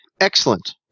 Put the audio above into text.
Excellent